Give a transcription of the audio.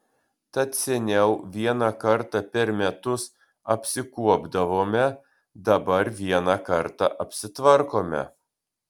tad seniau vieną kartą per metus apsikuopdavome dabar vieną kartą apsitvarkome